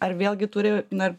ar vėlgi turi na